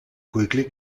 quickly